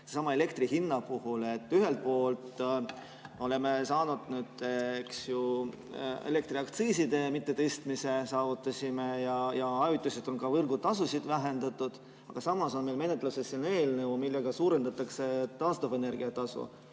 Sellesama elektri hinna puhul ühelt poolt oleme saavutanud nüüd elektriaktsiiside mittetõstmise ja ajutiselt on võrgutasusid vähendatud, aga samas on meil menetluses siin eelnõu, millega suurendatakse taastuvenergia tasu